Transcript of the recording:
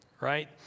right